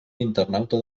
internauta